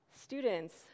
Students